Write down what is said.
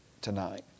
tonight